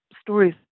Stories